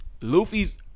Luffy's